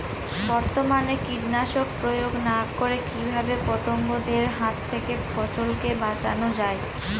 বর্তমানে কীটনাশক প্রয়োগ না করে কিভাবে পতঙ্গদের হাত থেকে ফসলকে বাঁচানো যায়?